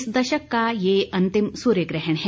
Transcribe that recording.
इस दशक का यह अंतिम सूर्य ग्रहण है